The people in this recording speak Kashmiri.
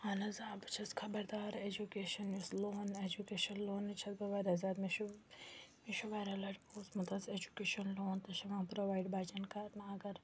اہن حظ آ بہٕ چھَس خبردار اٮ۪جُکیشَن یُس لون اٮ۪جُکیشَن لونٕچ چھَس بہٕ واریاہ زیادٕ مےٚ چھُ مےٚ چھُ واریاہ لَٹہِ بوٗزمُت حظ اٮ۪جُکیشَن لون تہِ چھِ یِوان پرٛوٚوایِڈ بَچَن کَرنہٕ اگر